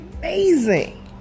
amazing